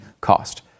cost